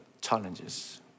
challenges